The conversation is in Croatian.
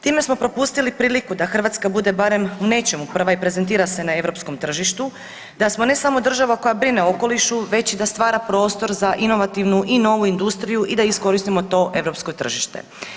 Time smo propustili priliku da Hrvatska bude barem u nečemu prva i prezentira se na europskom tržištu, da smo ne samo država koja brine o okolišu već i da stvara prostor za inovativnu i novu industriju i da iskoristimo to europsko tržište.